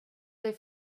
dig